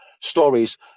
stories